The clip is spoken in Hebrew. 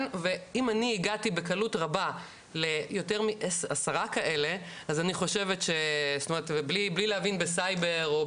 ואם אני הגעתי בקלות רבה ליותר מעשרה כאלה ובלי להבין בסייבר,